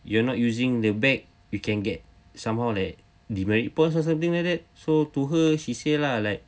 you are not using the bag you can get somehow like demerit points or something like that so to her she say lah like